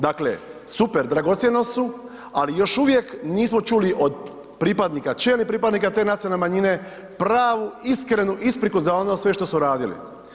Dakle, super, dragocjenost su, ali još uvijek nismo čuli od pripadnika čelnih pripadnika te nacionalne manjine, pravu iskrenu ispriku za ono sve što su radili.